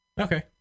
Okay